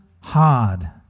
hard